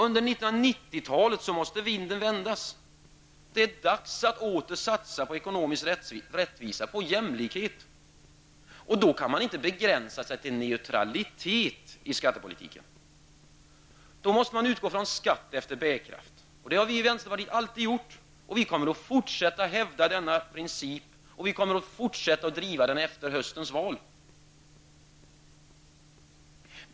Under 90-talet måste vinden vändas. Det är dags att åter satsa på ekonomisk rättvisa, på jämlikhet. Då kan man inte begränsa sig till neutralitet i skattepolitiken. Då måste man utgå ifrån skatt efter bärkraft. Det har vi i vänsterpartiet alltid gjort, och vi kommer att fortsätta att hävda denna princip och driva den även efter höstens val.